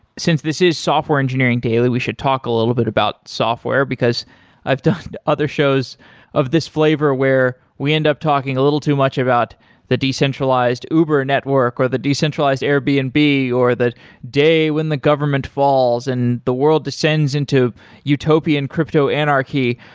since this is software engineering daily, we should talk a little bit about software, because i've done other shows of this flavor where we end up talking a little too much about the decentralized uber network, or the decentralized airbnb, and or the day when the government falls and the world descends into utopian crypto anarchy.